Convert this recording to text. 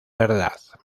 verdad